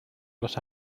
los